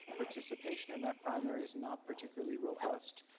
participation in that primary is not particularly robust.